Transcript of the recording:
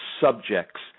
subjects